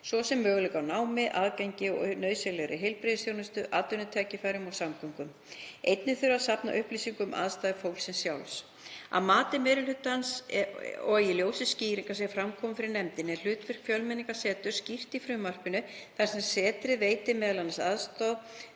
svo sem möguleika á námi, aðgangi að nauðsynlegri heilbrigðisþjónustu, atvinnutækifærum og samgöngum. Einnig þurfi að safna upplýsingum um aðstæður fólksins sjálfs. Að mati meiri hlutans og í ljósi skýringa sem fram komu fyrir nefndinni er hlutverk Fjölmenningarseturs skýrt í frumvarpinu þar sem setrið veiti m.a. aðstoð